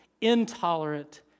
intolerant